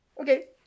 Okay